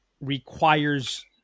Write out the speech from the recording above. requires